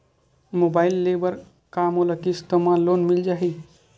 Mobile ले बर का मोला किस्त मा लोन मिल जाही?